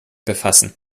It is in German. befassen